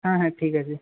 হ্যাঁ হ্যাঁ ঠিক আছে